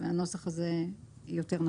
והנוסח הזה נכון יותר.